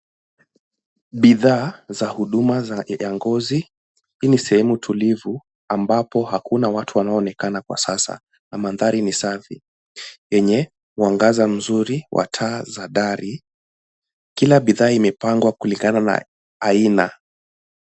Bidhaa za huduma ya ngozi. Hii ni sehemu tulivu ambapo hakuna watu wanaonekana kwa sasa. Na mandhari ni safi yenye mwangaza mzuri wa taa za dari. Kila bidhaa imepangwa kulingana na aina.